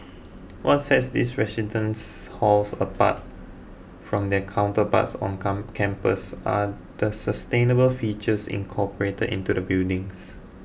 what set these residents halls apart from their counterparts on campus are the sustainable features incorporated into the buildings